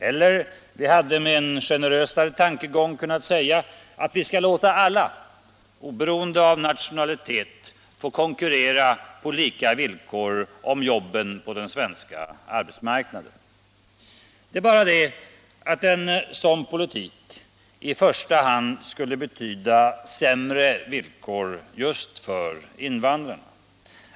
Eller också hade vi med en generösare tankegång kunnat säga att vi skall låta alla, oberoende av nationalitet, få konkurrera på lika villkor om jobben på den svenska arbetsmarknaden. Det är bara det att en sådan politik i första hand skulle betyda sämre villkor för just invandrarna.